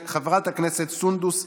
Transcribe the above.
חברת הכנסת סונדוס סאלח,